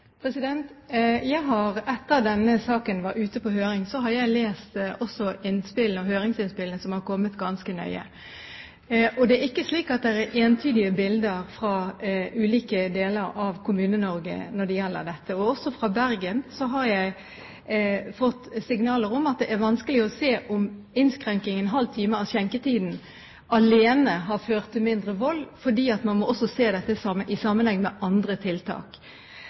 Etter at denne saken var ute på høring, har jeg lest innspillene, og også høringsinnspillene, som har kommet, ganske nøye. Det er ikke slik at det er entydige bilder fra ulike deler av Kommune-Norge når det gjelder dette. Også fra Bergen har jeg fått signaler om at det er vanskelig å se om innskrenkingen på en halv time av skjenketiden alene har ført til mindre vold, fordi man må også se dette i sammenheng med andre tiltak.